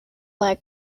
like